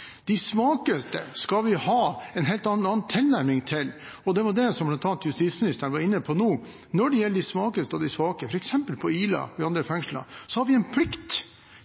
de tøffeste konsekvensene. De svakeste skal vi ha en helt annen tilnærming til. Det var det som bl.a. justisministeren var inne på nå. Når det gjelder de svakeste av de svake, f.eks. på Ila og i andre fengsler, har vi en plikt